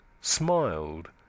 smiled